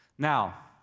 now,